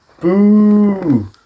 Boo